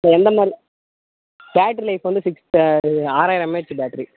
so எந்தமாதிரி battery life வந்து six ஆறாயிரம் எம்ஏஹச் பேட்டரி